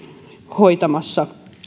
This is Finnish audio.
hoitamassa